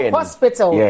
Hospital